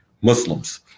muslims